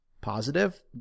positive